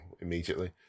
immediately